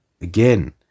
Again